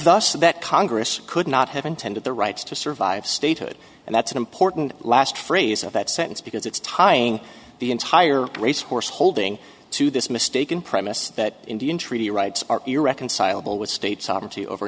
thus that congress could not have intended the rights to survive statehood and that's an important last phrase of that sentence because it's tying the entire race horse holding to this mistaken premise that indian treaty rights are irreconcilable with state sovereignty over